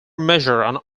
measure